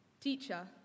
Teacher